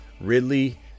Ridley